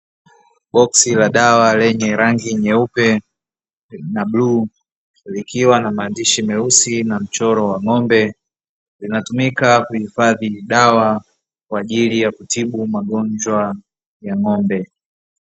Boksi la dawa lenye rangi nyeupe na bluu likiwa na maandishi meusi na mchoro wa ng'ombe, linatumika kuhifadhi dawa kwa ajili ya kutibu magonjwa ya ng'ombe.